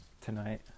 tonight